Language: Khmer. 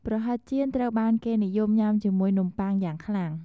ប្រហិតចៀនត្រូវបានគេនិយមញ៉ាំជាមួយនំប៉ុងយ៉ាងខ្លាំង។